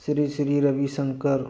Shri Sri Ravi Shankar